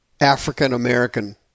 African-American